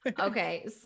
Okay